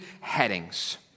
headings